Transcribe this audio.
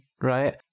right